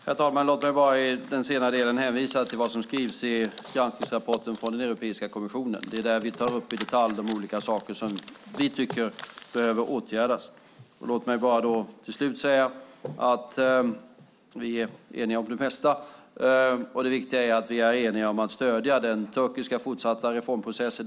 Herr talman! Låt mig bara i den senare delen hänvisa till vad som skrivs i granskningsrapporten från Europeiska kommissionen. Det är där vi tar upp i detalj de olika saker som vi tycker behöver åtgärdas. Till slut vill jag säga att vi är eniga om det mesta. Det viktiga är att vi är eniga om att stödja den turkiska fortsatta reformprocessen.